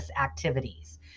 activities